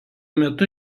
metu